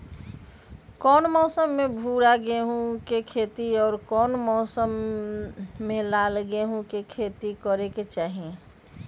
कौन मौसम में भूरा गेहूं के खेती और कौन मौसम मे लाल गेंहू के खेती करे के चाहि?